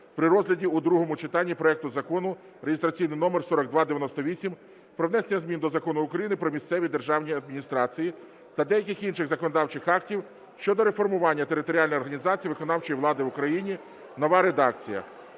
при розгляді у другому читанні проекту Закону (реєстраційний номер 4298) про внесення змін до Закону України "Про місцеві державні адміністрації" та деяких інших законодавчих актів щодо реформування територіальної організації виконавчої влади в Україні (нова редакція).